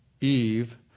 Eve